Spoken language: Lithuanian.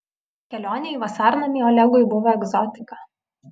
kelionė į vasarnamį olegui buvo egzotika